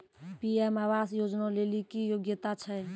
PM Awas Yojana लेली की योग्यता छै?